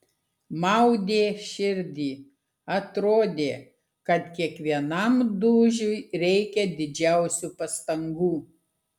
maudė širdį atrodė kad kiekvienam dūžiui reikia didžiausių pastangų